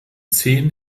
zehn